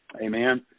Amen